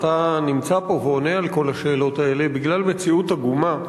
אתה נמצא פה ועונה על כל השאלות האלה בגלל מציאות עגומה,